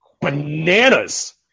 Bananas